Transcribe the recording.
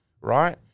right